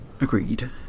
agreed